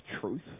truth